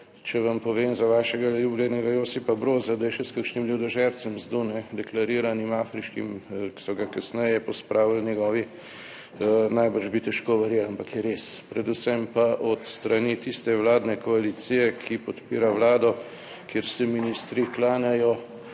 Če vam povem za vašega uglednega Josipa Broza, da je še s kakšnim ljudožercem / nerazumljivo/ deklariranim afriškim, ki so ga kasneje pospravili njegovi najbrž bi težko verjeli, ampak je res. Predvsem pa od strani tiste vladne koalicije, ki podpira Vlado, kjer se ministri klanjajo